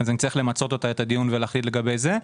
אז צריך למצות איתה את הדיון ולהחליט לגבי זה.